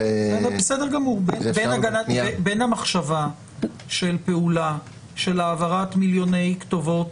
בין המחשבה של פעולה של העברת מיליוני כתובות